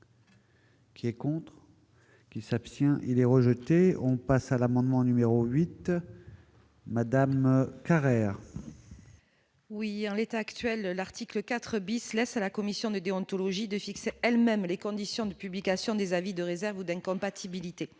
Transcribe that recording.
Qui est contre qui s'abstient, il est rejeté, on passe à l'amendement numéro 8. Carrère. Où il y a en l'état actuel, l'article 4 bis laisse à la commission de déontologie de fixer elle-même les conditions de publication des avis de réserve d'incompatibilité